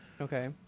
Okay